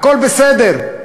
הכול בסדר.